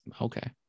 Okay